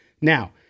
now